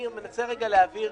אני מנסה רגע להבהיר.